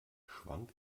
schwang